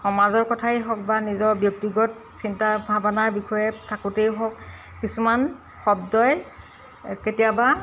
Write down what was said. সমাজৰ কথাই হওক বা নিজৰ ব্যক্তিগত চিন্তা ভাৱনাৰ বিষয়ে থাকোঁতেই হওক কিছুমান শব্দই কেতিয়াবা